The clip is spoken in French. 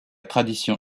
tradition